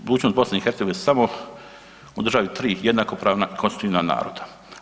Budućnost BiH su u državi tri jednakopravna konstitutivna naroda.